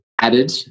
added